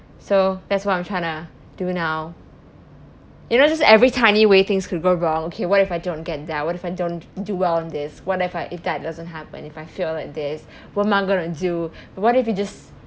so that's what I'm trying to do now you know just every tiny way things could go wrong okay what if I don't get that what if I don't do well in this what if I if that doesn't happen if I fail at this what am I gonna do what if you just